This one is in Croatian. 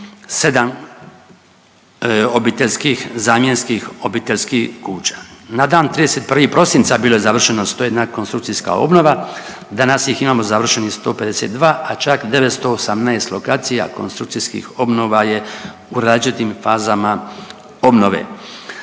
267 obiteljskih, zamjenskih obiteljskih kuća. Na dan 31. prosinca bilo je završeno 101 konstrukcijska obnova, danas ih imamo završenih 152, a čak 918 lokacija konstrukcijskih obnova je u različitim fazama obnove.